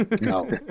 No